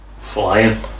Flying